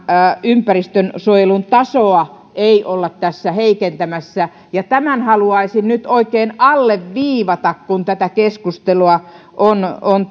ympäristönsuojelun tasoa ei olla tässä heikentämässä ja tämän haluaisin nyt oikein alleviivata kun tätä keskustelua on on